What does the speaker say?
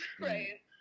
right